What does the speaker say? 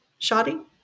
Shadi